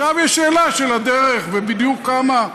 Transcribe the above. עכשיו יש שאלה של הדרך ובדיוק כמה?